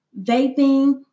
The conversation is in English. vaping